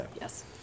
yes